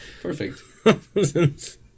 Perfect